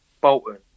Bolton